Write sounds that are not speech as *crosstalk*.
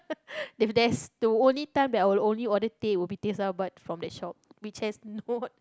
*laughs* if there's the only time that I will only order teh would be teh sarbat from that shop which has not